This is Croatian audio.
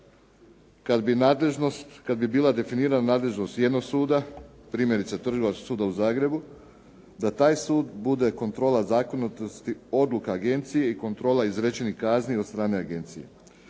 kad bi bila definirana nadležnost jednog suda primjerice Trgovačkog suda u Zagrebu, da taj sud bude kontrola zakonitosti odluka agencije i kontrola izrečenih kazni od strane agencije.